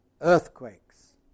earthquakes